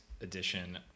edition